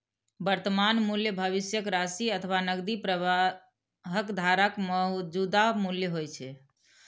वर्तमान मूल्य भविष्यक राशि अथवा नकदी प्रवाहक धाराक मौजूदा मूल्य होइ छै